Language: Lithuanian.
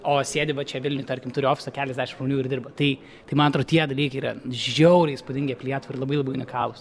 o sėdi va čia vilniuj tarkim turi ofisą keliasdešim žmonių ir dirba tai tai man atrodo tie dalykai yra žiauriai įspūdingi apie lietuvą ir labai labai unikalūs